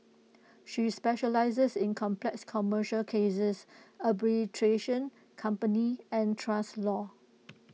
she specialises in complex commercial cases arbitration company and trust law